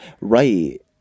Right